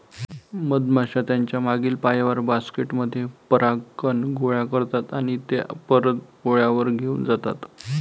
मधमाश्या त्यांच्या मागील पायांवर, बास्केट मध्ये परागकण गोळा करतात आणि ते परत पोळ्यावर घेऊन जातात